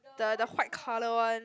the the white colour one